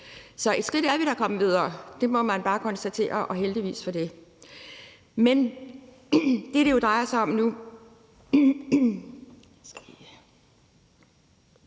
Så et skridt er vi da kommet videre. Det må man bare konstatere, og heldigvis for det. Men det, det drejer sig om nu,